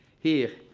here